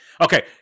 Okay